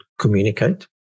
communicate